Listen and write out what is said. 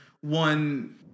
one